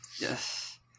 yes